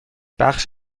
بخش